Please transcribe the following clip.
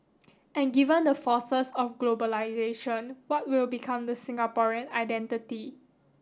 and given the forces of globalisation what will become the Singaporean identity